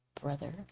brother